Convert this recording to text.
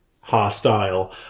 hostile